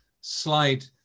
slide